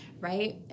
right